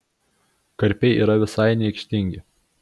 karpiai yra visai neaikštingi